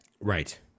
Right